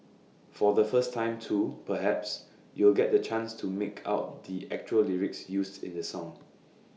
for the first time too perhaps you'll get the chance to make out the actual lyrics used in the song